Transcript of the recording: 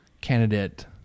candidate